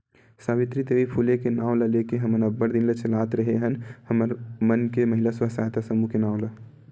सावित्री देवी फूले के नांव ल लेके हमन अब्बड़ दिन ले चलात रेहे हवन हमर मन के महिना स्व सहायता समूह के नांव ला